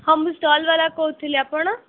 ହଁ ମୁଁ ଷ୍ଟଲ୍ ବାଲା କହୁଥିଲି ଆପଣ